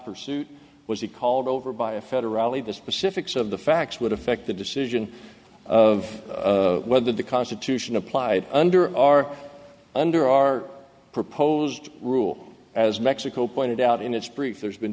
pursuit was he called over by a federally the specifics of the facts would affect the decision of whether the constitution applied under or under our proposed rule as mexico pointed out in its brief there's been